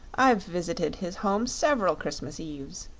i've visited his home several christmas eves.